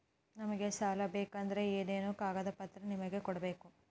ನಮಗೆ ಸಾಲ ಬೇಕಂದ್ರೆ ಏನೇನು ಕಾಗದ ಪತ್ರ ನಿಮಗೆ ಕೊಡ್ಬೇಕು?